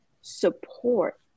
support